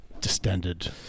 distended